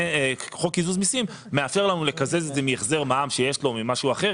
חוק קיזוז מיסים מאפשר לנו לקזז את זה מהחזר מע"מ שיש לו או ממשהו אחר,